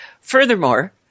Furthermore